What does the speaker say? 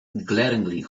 glaringly